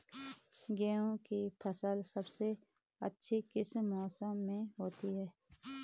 गेहूँ की फसल सबसे अच्छी किस मौसम में होती है